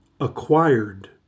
acquired